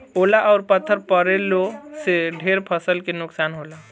ओला अउर पत्थर पड़लो से ढेर फसल के नुकसान होला